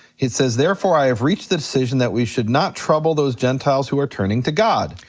it says therefore i have reached the decision that we should not trouble those gentiles who are turning to god.